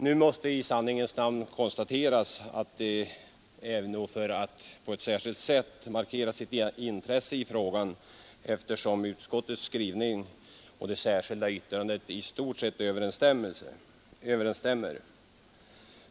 Nu måste i sanningens namn konstateras att det endast är för att man på något sätt velat markera sitt intresse i frågan som det särskilda yttrandet tillkommit, eftersom utskottets skrivning och det särskilda yttrandet i stort överensstämmer.